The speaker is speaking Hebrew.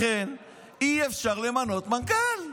לכן אי-אפשר למנות מנכ"ל.